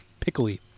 pickly